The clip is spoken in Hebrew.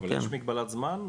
אבל יש מגבלת זמן,